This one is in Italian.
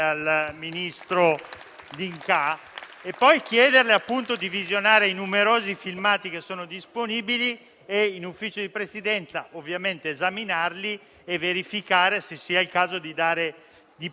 il decreto è necessario per consentire il rispetto dei principi costituzionali e internazionali in materia. Ma se noi leggiamo il secondo dei decreti Salvini,